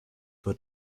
for